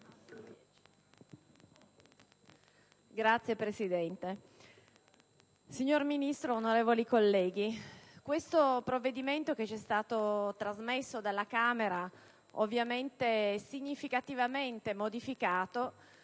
Signora Presidente, signora Ministro, onorevoli colleghi, questo provvedimento che ci è stato trasmesso dalla Camera, ovviamente e significativamente modificato,